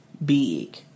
big